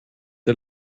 der